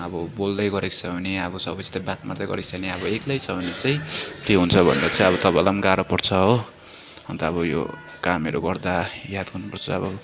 अब बोल्दै गरेको छ भने अब सबैसित बात मार्दै गरेको छ भने अब एक्लै छ भने चाहिँ के हुन्छ भने चाहिँ अब तपाईँलाई पनि गाह्रो पर्छ हो अन्त अब यो कामहरू गर्दा यादहरू गर्नुपर्छ अब